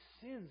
sins